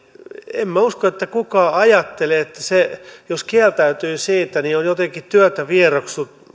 en minä usko että kukaan ajattelee että jos kieltäytyy siitä niin on jotenkin työtä vieroksuva